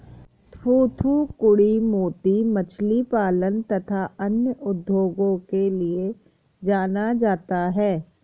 थूथूकुड़ी मोती मछली पालन तथा अन्य उद्योगों के लिए जाना जाता है